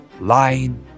lying